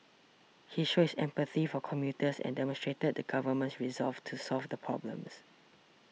he showed his empathy for commuters and demonstrated the government's resolve to solve the problems